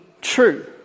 true